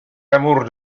amour